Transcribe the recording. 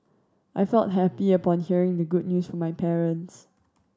I felt happy upon hearing the good news from my parents